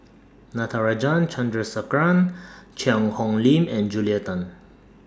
Natarajan Chandrasekaran Cheang Hong Lim and Julia Tan